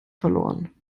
verloren